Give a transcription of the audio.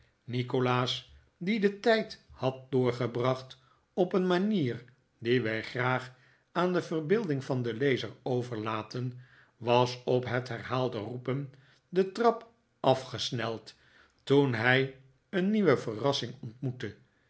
nikolaas die den tijd had doorgebracht op een manier die wij graag aan de verbeelding van den lezer overlaten was op het herhaalde roepen de trap afgesneld toen hij een nieuwe verrassing ontmoette